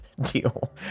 deal